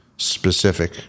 specific